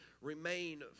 remain